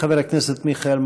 חבר הכנסת מלכיאלי,